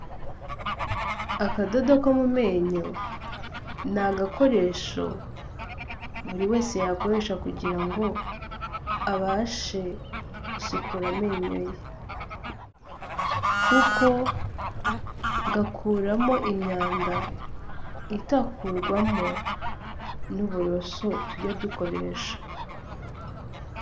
Akadodo ko mu menyo ni agakoresho buri wese yakoresha kugira ngo abashe gusukura amenyo ye kuko gakuramo imyanda itakurwamo n'uburoso tujya dukoresha.